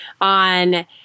on